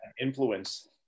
influence